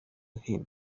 him